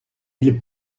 ils